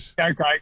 Okay